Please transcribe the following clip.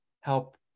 help